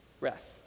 rest